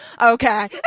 okay